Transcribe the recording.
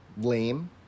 lame